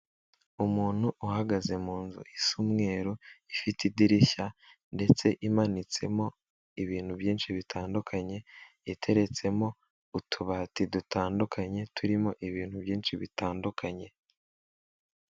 Umuntu uhagaze mu nzu isa umweru ifite idirishya ndetse imanitsemo ibintu byinshi bitandukanye yateretsemo utubati dutandukanye turimo ibintu byinshi bitandukanye.